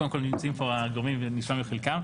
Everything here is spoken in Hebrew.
נמצאים פה הגורמים, נשמע מחלקם.